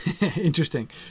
Interesting